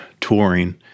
touring